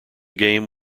game